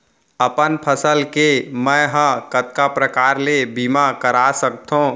अपन फसल के मै ह कतका प्रकार ले बीमा करा सकथो?